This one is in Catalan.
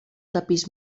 tapís